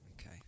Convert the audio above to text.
Okay